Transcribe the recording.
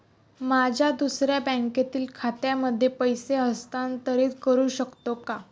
माझ्या दुसऱ्या बँकेतील खात्यामध्ये पैसे हस्तांतरित करू शकतो का?